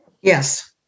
Yes